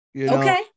Okay